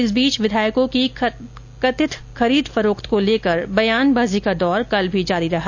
इस बीच विधायकों की कथित खरीद फरोख्त को लेकर बयानबाजी का दौर कल भी जारी रहा